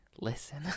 Listen